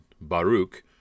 Baruch